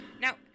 Now